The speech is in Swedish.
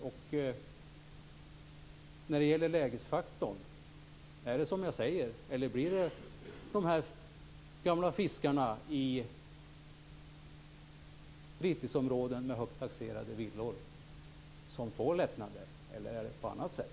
Och är det som jag säger när det gäller lägesfaktorn? Är det de gamla fiskarna i fritidsområden med högt taxerade villor som får lättnader, eller blir det på något annat sätt?